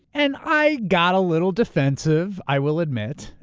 and i got a little defensive, i will admit,